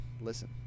listen